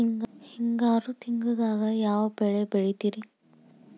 ಹಿಂಗಾರು ತಿಂಗಳದಾಗ ಯಾವ ಬೆಳೆ ಬೆಳಿತಿರಿ?